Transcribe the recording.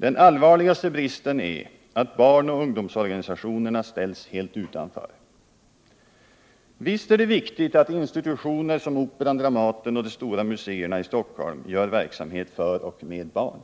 Den allvarligaste bristen är att barnoch ungdomsorganisationerna ställs helt utanför. Det är viktigt att institutioner som Operan, Dramaten och de stora muséerna i Stockholm bedriver verksamhet för och med barn.